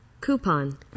Coupon